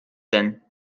denn